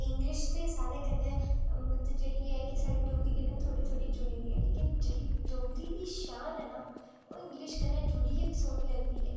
English ते साढ़े कन्नै मतलब जेह्ड़ी ऐ कि साढ़ी डोगरी कन्नै थोह्ड़ी थोह्ड़ी जुड़ी दी ऐ लेकिन जेह्ड़ी डोगरी दी शान ऐ ना ओह् इंग्लिश कन्नै जुड़ियै बी सोह्नी लगदी ऐ